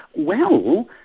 well,